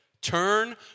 Turn